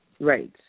Right